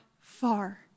far